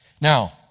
Now